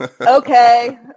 okay